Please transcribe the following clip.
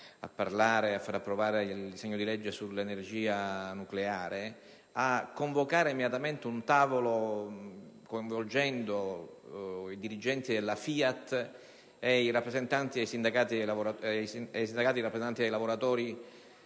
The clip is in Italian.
in Aula per l'approvazione del disegno di legge sull'energia nucleare, a convocare immediatamente un tavolo coinvolgendo i dirigenti della FIAT e i sindacati rappresentanti dei lavoratori,